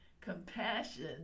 compassion